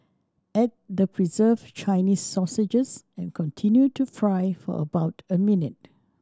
add the preserved Chinese sausage and continue to fry for about a minute